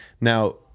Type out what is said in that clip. Now